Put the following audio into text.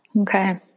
Okay